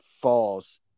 falls